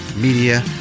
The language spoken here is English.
Media